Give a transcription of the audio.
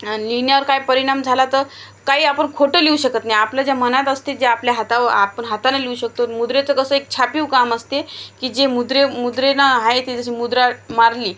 लिहिण्यावर काय परिणाम झाला तर काही आपण खोटं लिहू शकत नाही आपलं जे मनात असते जे आपल्या हातावर आपण हातानं लिहू शकतो मुद्रेचं कसं एक छापीव काम असते की जे मुद्रा मुद्रेनं आहे ते जशी मुद्रा मारली